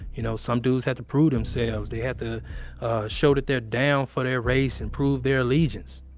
you know some dudes have to prove themselves. they have to show that they're down for their race and prove their allegiance.